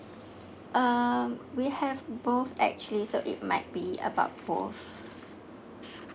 um we have both actually so it might be about four